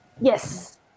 Yes